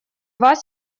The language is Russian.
вас